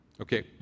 okay